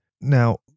Now